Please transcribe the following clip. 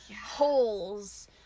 holes